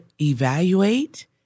evaluate